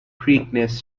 preakness